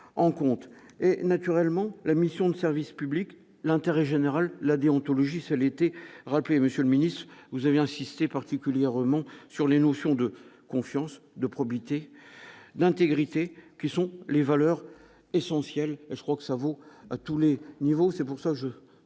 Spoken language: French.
en compte et naturellement la mission de service public, l'intérêt général, la déontologie, c'est l'été rappelé : Monsieur le Ministre, vous avez insisté particulièrement sur les notions de confiance de probité d'intégrité qui sont les valeurs essentielles, je crois que ça vaut à tous les niveaux, c'est pour ça que je